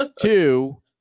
Two